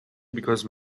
because